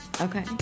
Okay